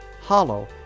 Hollow